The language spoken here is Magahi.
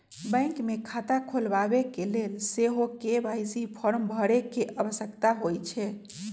बैंक मे खता खोलबाबेके लेल सेहो के.वाई.सी फॉर्म भरे के आवश्यकता होइ छै